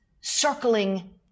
circling